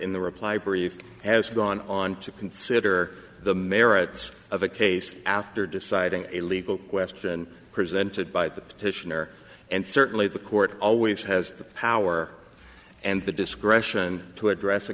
in the reply brief has gone on to consider the merits of a case after deciding a legal question presented by the petitioner and certainly the court always has the power and the discretion to address a